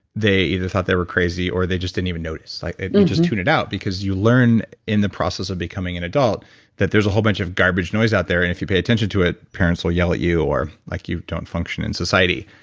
they either thought they were crazy, or they just didn't even notice like they just tune it out because you learn in the process of becoming an adult that there's a whole bunch of garbage noise out there and if you pay attention to it, parents will yell at you or like you don't function in society.